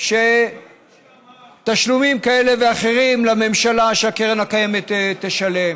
על תשלומים כאלה ואחרים לממשלה שהקרן הקיימת תשלם.